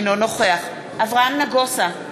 אינו נוכח אברהם נגוסה,